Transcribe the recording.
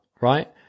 right